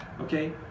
okay